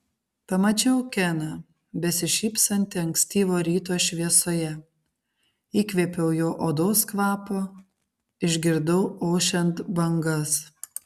pamačiau keną besišypsantį ankstyvo ryto šviesoje įkvėpiau jo odos kvapo išgirdau ošiant bangas